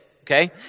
Okay